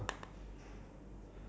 ya there's no progress